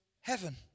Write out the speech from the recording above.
heaven